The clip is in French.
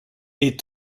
est